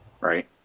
Right